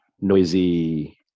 noisy